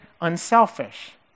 unselfish